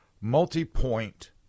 multi-point